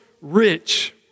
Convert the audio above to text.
rich